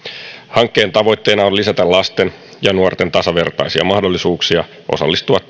hankkeen tavoitteena on lisätä lasten ja nuorten tasavertaisia mahdollisuuksia osallistua